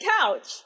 couch